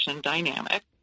dynamic